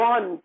One